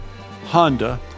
Honda